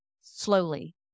slowly